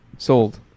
Sold